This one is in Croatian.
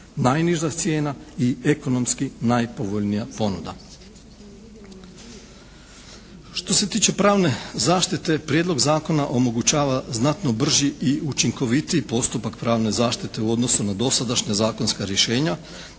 najniža cijena i ekonomski najpovoljnija ponuda. Što se tiče pravne zaštite, Prijedlog zakona omogućava znatno brži i učinkovitiji postupak pravne zaštite u odnosu na dosadašnja zakonska rješenja